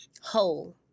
Whole